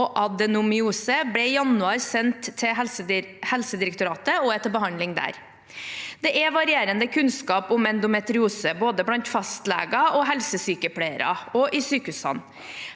og adenomyose ble i januar sendt til Helsedirektoratet, og er til behandling der. Det er varierende kunnskap om endometriose både blant fastleger og helsesykepleiere, og i sykehusene.